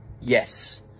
Yes